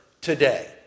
today